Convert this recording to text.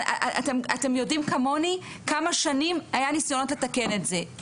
אתם יודעים כמוני כמה שנים היו ניסיונות לתקן את זה.